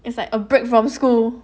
it's like a break from school